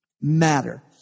matter